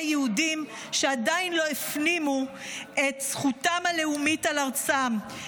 יהודים שעדיין לא הפנימו את זכותם הלאומית על ארצם,